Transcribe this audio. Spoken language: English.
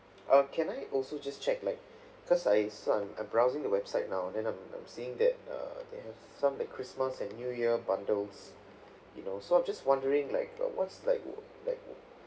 um can I also just check like because I saw I'm browsing your website now and then I'm I'm seeing that err they have some like christmas and new year bundles you know so I'm just wondering like uh what's like like